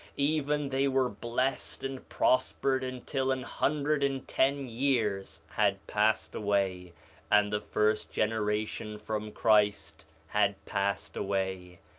even they were blessed and prospered until an hundred and ten years had passed away and the first generation from christ had passed away,